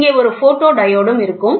இங்கே ஒரு போட்டோடியோட் இருக்கும்